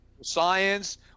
science